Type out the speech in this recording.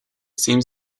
seems